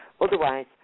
Otherwise